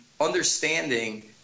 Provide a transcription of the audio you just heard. understanding